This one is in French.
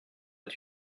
est